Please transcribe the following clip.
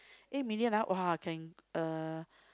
eight million ah !wah! can uh